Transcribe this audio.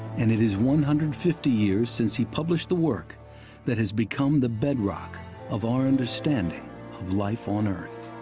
and it is one hundred and fifty years since he published the work that has become the bedrock of our understanding of life on earth.